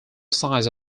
size